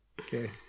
Okay